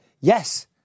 yes